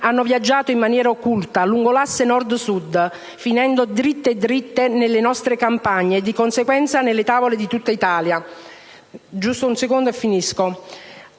hanno viaggiato in maniera occulta lungo l'asse Nord-Sud, finendo dritte dritte nelle nostre campagne e di conseguenza sulle tavole di tutta Italia.